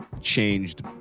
changed